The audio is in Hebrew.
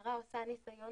כשהנערה עושה ניסיון